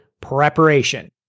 preparation